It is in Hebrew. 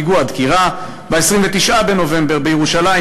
פיגוע דקירה, ב-25 בנובמבר, במעבר קלנדיה,